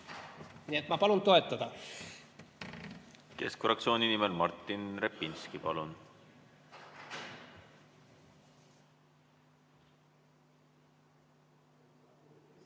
Nii et ma palun toetada. Keskfraktsiooni nimel Martin Repinski, palun!